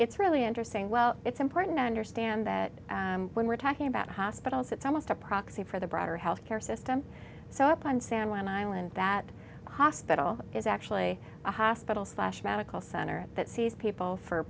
it's really interesting well it's important to understand that when we're talking about hospitals it's almost a proxy for the broader health care system so up on san juan island that hospital is actually a hospital slash medical center that sees people for